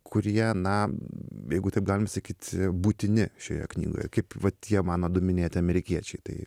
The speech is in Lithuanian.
kurie na jeigu taip galima sakyt būtini šioje knygoje kaip va tie mano du minėti amerikiečiai tai